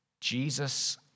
Jesus